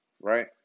right